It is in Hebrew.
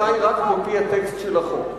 לצערי אני חי רק מפי הטקסט של החוק,